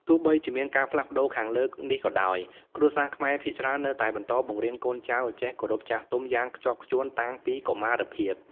ទោះបីជាមានការផ្លាស់ប្ដូរខាងលើនេះក៏ដោយ គ្រួសារខ្មែរភាគច្រើននៅតែបន្តបង្រៀនកូនចៅឲ្យចេះគោរពចាស់ទុំយ៉ាងខ្ជាប់ខ្ជួនតាំងពីកុមារភាព។